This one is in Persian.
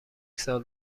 سال